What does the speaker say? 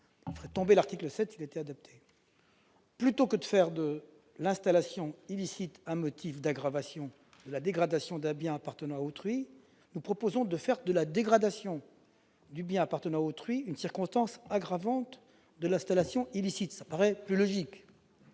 objet si cet amendement était adopté. Plutôt que de faire de l'installation illicite un motif d'aggravation de la dégradation d'un bien appartenant à autrui, nous proposons de faire de la dégradation d'un bien appartenant à autrui une circonstance aggravante de l'installation illicite, ce qui paraît plus logique.